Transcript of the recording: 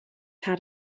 had